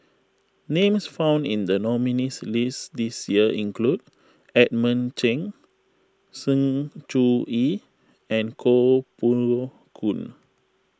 names found in the nominees' list this year include Edmund Cheng Sng Choon Yee and Koh Poh Koon